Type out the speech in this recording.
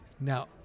Now